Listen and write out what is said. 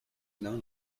known